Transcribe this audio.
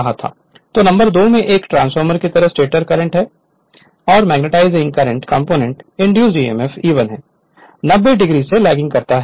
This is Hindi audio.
Refer Slide Time 2840 तो नंबर 2 में एक ट्रांसफार्मर की तरह स्टेटर करंट के magnetising current component m induced emf E1 90 o degree से लेग करता है